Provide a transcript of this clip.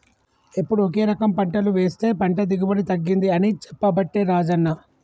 ఎప్పుడు ఒకే రకం పంటలు వేస్తె పంట దిగుబడి తగ్గింది అని చెప్పబట్టే రాజన్న